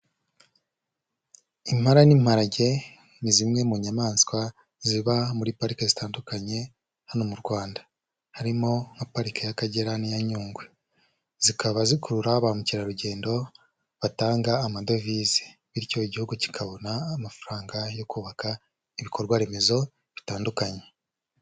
Impala n'imparage ni zimwe mu nyamaswa ziba muri pariki zitandukanye hano mu Rwanda, harimo nka parike y'Akagera n'iya Nyungwe, zikaba zikurura ba mukerarugendo batanga amadovize, bityo igihugu kikabona amafaranga yo kubaka ibikorwa remezo bitandukanye.